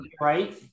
Right